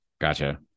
Gotcha